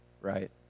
right